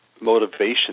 motivation